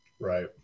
Right